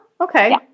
Okay